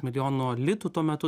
milijono litų tuo metu